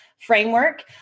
framework